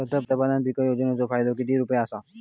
पंतप्रधान पीक योजनेचो फायदो किती रुपये आसा?